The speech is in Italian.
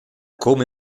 come